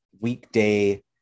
weekday